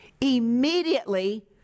immediately